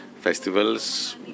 festivals